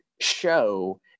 show